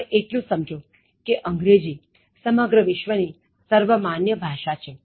હવે એટલું સમજો કે અંગ્રેજી સમગ્ર વિશ્ચ ની સર્વમાન્ય ભાષા છે